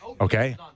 Okay